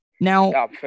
now